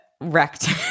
wrecked